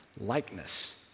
likeness